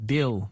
Bill